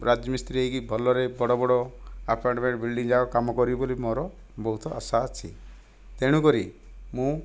ରାଜମିସ୍ତ୍ରୀ ହୋଇକି ଭଲରେ ବଡ଼ ବଡ଼ ଆପାର୍ଟମେଣ୍ଟ ବିଲଡ଼ିଂ ଯାକ କାମ କରି କରି ମୋର ବହୁତ ଆଶା ଅଛି ତେଣୁକରି ମୁଁ